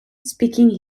speaking